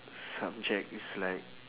subject it's like